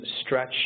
stretch